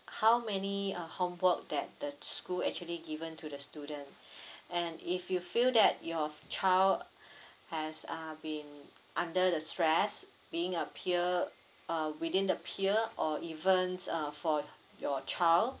how many uh homework that the school actually given to the student and if you feel that your child has uh been under the stress being appear uh within the peer or evens uh for your child